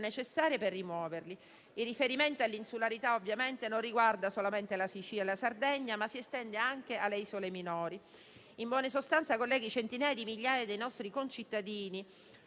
necessarie per rimuoverli. Il riferimento all'insularità ovviamente non riguarda solamente la Sicilia e la Sardegna, ma si estende anche alle isole minori. In buona sostanza, colleghi, centinaia di migliaia di nostri concittadini